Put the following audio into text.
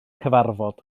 cyfarfod